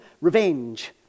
revenge